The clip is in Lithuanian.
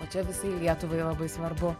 o čia visai lietuvai labai svarbu